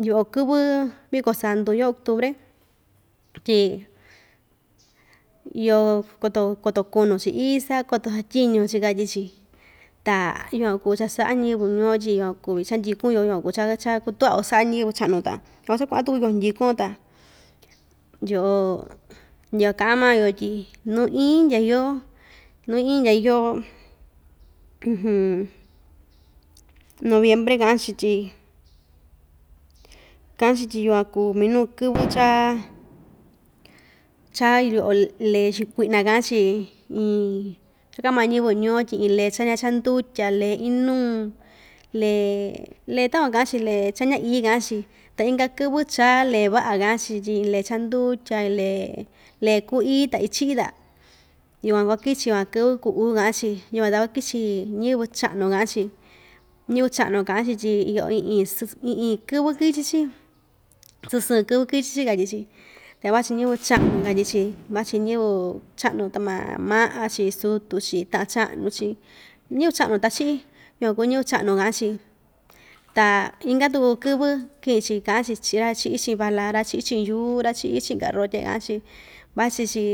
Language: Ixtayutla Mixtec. Yoꞌo kɨvɨ viko santu yoo octure tyi yoo koto koto kuñu‑chi isa koto satyiñu‑chi katyi‑chi ta yuakun kuu cha saꞌa ñiyɨvɨ nuu‑yo tyi yukuan kuvi cha ndyikun‑yo cha kutuꞌva‑yo saꞌa ñiyɨvɨ chaꞌnu ta vasu kuaꞌan tuku yoo xindikuyo ta yoꞌo yukuan kaꞌan maa‑yo tyi nuu iin ndya yoo nuu iin ndya yoo noviembre kaꞌan‑chi tyi kaꞌan‑chi tyi yukuan kuu minuu kɨvɨ chaa cha yoꞌo ll lee xu kuiꞌna kaꞌan‑chi takuan kaꞌan maa ñiyɨvɨ nuu‑yo tyi iin lee cha ñaa chandutya lee inuu lee lee takuan kaꞌan‑chi lee cha ña ii kaꞌan‑chi ta inka kɨvɨ chaa lee vaꞌa kaꞌan‑chi tyi lee chandutya lee lee iku ii ta ichiꞌi ta yukuan kuakichi van kɨvɨ kuu uu kaꞌan‑chi yukuan ta kuakichi ñiyɨvɨ chaꞌnu kaꞌ‑chi tyi iyo iin iin iin iin kɨvɨ kichi‑chi sɨɨn sɨɨn kɨvɨ kichi‑chi katyi‑chi ta vachi ñiyɨvɨ chaꞌnu katyi‑chi vachi ñiyɨvɨ chaꞌnu tama maꞌa‑chi sutu‑chi taꞌan chaꞌnu‑chi ñiyɨvɨ chaꞌnu ta ichiꞌi yukuan kuu ñiyɨvɨ chaꞌnu kaꞌan‑chi ta inka tuku kɨvɨ kiꞌi‑chi kaꞌa‑chi chii‑ra ichiꞌi chiꞌin vala ra‑ichiꞌi chiꞌin yuu ra ichiꞌi chiꞌin karotye kaꞌan‑chi vachi‑chi